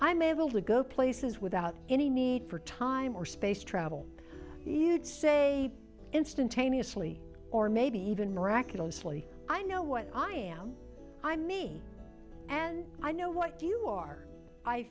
i'm able to go places without any need for time or space travel even say instantaneously or maybe even miraculously i know what i am i me and i know what you are i